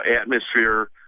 atmosphere